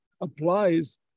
applies